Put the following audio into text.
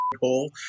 hole